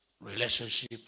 Relationship